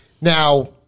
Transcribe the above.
now